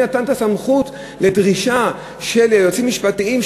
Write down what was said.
מי נתן את הסמכות לדרישה של היועצים המשפטיים,